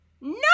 No